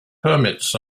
permits